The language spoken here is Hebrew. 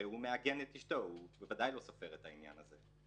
הוא הרי מעגן את אשתו והוא בוודאי לא סופר את העניין הזה.